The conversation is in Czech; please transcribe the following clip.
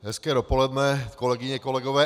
Hezké dopoledne, kolegyně, kolegové.